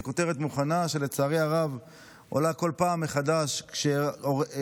זאת כותרת מוכנה שלצערי הרב עולה כל פעם מחדש כשקורה,